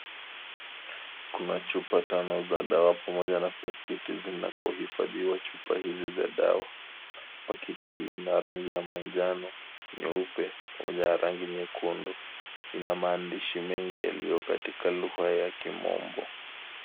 Kuna chupa tano za dawa pamoja na pakiti zinakohifadhiwa chupa hizi za dawa. Pakiti hii ina rangi ya manjano, nyeupe, pamoja na rangi nyekundu. Ina maandishi mingi yaliyokatika lugha ya kimombo.